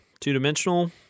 two-dimensional